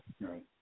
Right